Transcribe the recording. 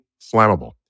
flammable